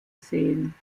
sehen